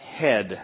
head